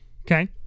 Okay